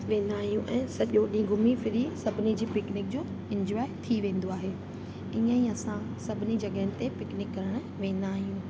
वेंदा आहियूं ऐं सॼो ॾींहुं घुमी फिरी सभिनी जी पिकनिक जो इंजॉए थी वेंदो आहे इअं ई असां सभिनी जॻहनि ते पिकनिक करण वेंदा आहियूं